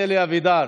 אלי אבידר,